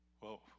Whoa